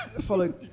follow